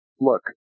look